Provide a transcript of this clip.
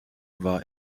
war